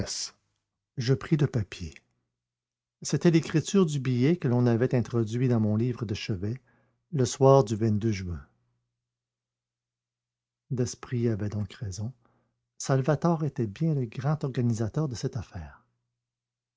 je pris le papier c'était l'écriture du billet que l'on avait introduit dans mon livre de chevet le soir du juin daspry avait donc raison salvator était bien le grand organisateur de cette affaire